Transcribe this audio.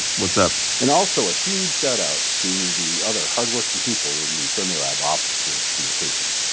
what's up? and also a huge shout out to the other hardworking people in the fermilab office of communication!